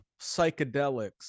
psychedelics